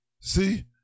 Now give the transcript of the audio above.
See